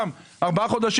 ואפשר לדבר גם עתידית,